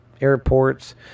Airports